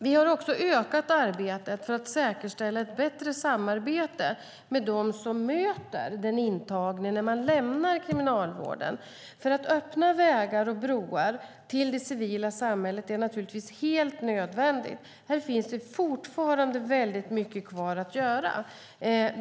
Vi har också ökat arbetet för att säkerställa ett bättre samarbete med dem som möter den intagne när denne lämnar Kriminalvården. Att öppna vägar och broar till det civila samhället är naturligtvis helt nödvändigt. Här finns det fortfarande väldigt mycket kvar att göra.